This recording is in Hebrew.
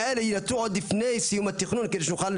התקיימה עבודת מטה מורכבת בהנחיה של ראש את"ן כמובן,